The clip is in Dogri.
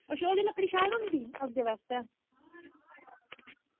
ते ओह्दी लकड़ी शैल होंदी अग्गे बास्तै